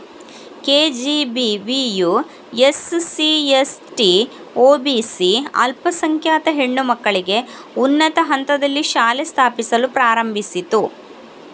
ಕೆ.ಜಿ.ಬಿ.ವಿಯು SC, ST, OBC ಅಲ್ಪಸಂಖ್ಯಾತ ಹೆಣ್ಣು ಮಕ್ಕಳಿಗೆ ಉನ್ನತ ಹಂತದಲ್ಲಿ ಶಾಲೆ ಸ್ಥಾಪಿಸಲು ಪ್ರಾರಂಭಿಸಿತು